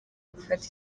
gufata